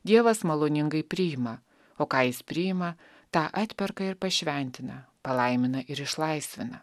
dievas maloningai priima o ką jis priima tą atperka ir pašventina palaimina ir išlaisvina